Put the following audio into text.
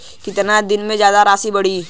कितना दिन में जमा राशि बढ़ी?